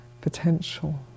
potential